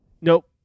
Nope